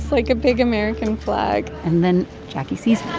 like, a big american flag and then jacquie sees her